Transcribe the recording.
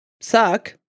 suck